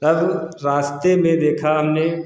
तब रास्ते में देखा हमने